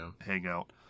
hangout